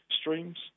streams